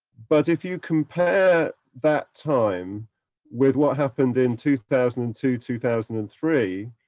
but if you compare that time with what happened in two thousand and two, two thousand and three,